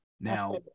Now